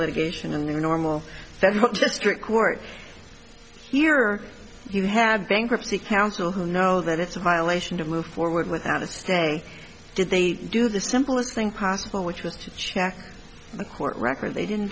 litigation in the normal that district court here you have bankruptcy counsel who know that it's a violation to move forward without a stay did they do the simplest thing possible which was to check the court record they didn't